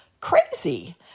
crazy